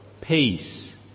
peace